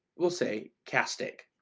we'll say castake.